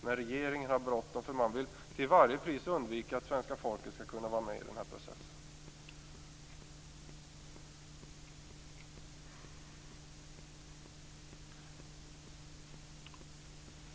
Men regeringen har bråttom, för man vill till varje pris undvika att svenska folket skall kunna vara med i den här processen.